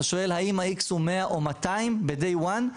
אתה שואל האם ה-X הזה הוא 100 או 200 ב-Day one?